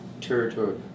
territory